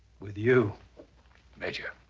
with you major.